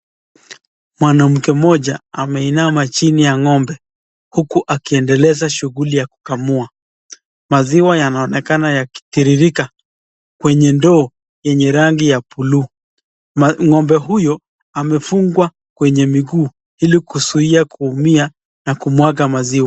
Mwanamke moja ameinama chini ya ngombe, huku akiendeleza shughuli ya kukamua. Maziwa yanaonekana yakitiririka kwenye ndoo yenye rangi ya blue . Ngombe huyo amefungwa kwenye miguu ili kuzuia kuumia na kumwaga maziwa.